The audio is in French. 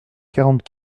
quarante